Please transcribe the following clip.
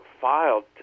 filed